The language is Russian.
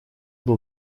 был